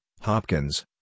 Hopkins